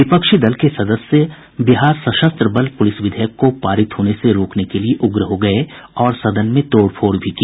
विपक्षी दल के सदस्य बिहार सशस्त्र बल प्रलिस विधेयक को पारित होने से रोकने के लिए उग्र हो गये और सदन में तोड़फोड़ भी की